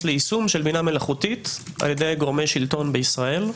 ליישום של בינה מלאכותית על ידי גורמי שלטון בישראל.